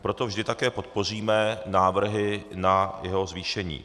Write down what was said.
Proto vždy také podpoříme návrhy na jeho zvýšení.